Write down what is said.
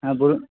হ্যাঁ বলুন